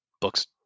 books